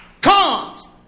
comes